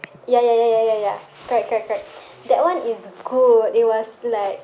ya ya ya ya ya ya correct correct correct that one is good it was like